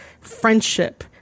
friendship